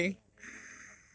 ya lah ya lah ya lah ya lah